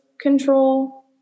control